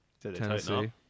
Tennessee